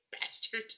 Bastard